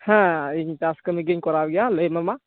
ᱦᱮᱸ ᱤᱧ ᱪᱟᱥᱠᱟᱹᱢᱤ ᱜᱮᱧ ᱠᱚᱨᱟᱣ ᱜᱮᱭᱟ ᱞᱟᱹᱭᱢᱮ ᱢᱟ